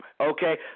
Okay